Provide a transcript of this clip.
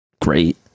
great